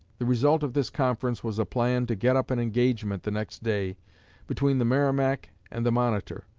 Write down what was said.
the result of this conference was a plan to get up an engagement the next day between the merrimac and the monitor,